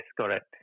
correct